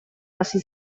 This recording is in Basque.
hasi